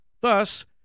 Thus